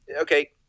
okay